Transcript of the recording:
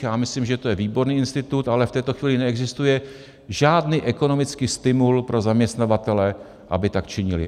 Já myslím, že to je výborný institut, ale v této chvíli neexistuje žádný ekonomický stimul pro zaměstnavatele, aby tak činili.